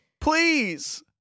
Please